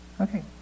Okay